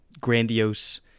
grandiose